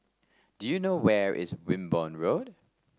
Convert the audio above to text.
do you know where is Wimborne Road